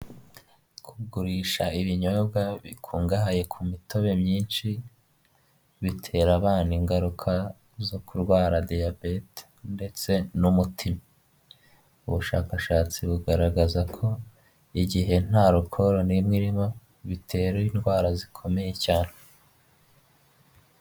Kugurisha ibinyobwa bikungahaye ku mitobe myinshi bitera abana ingaruka zo kurwara diyabete, ndetse n'umuti ubushakashatsi bugaragaza ko igihe nta arukoru n'imwe irimo bitera indwara zikomeye cyane.